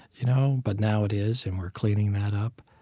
you know but now it is, and we're cleaning that up.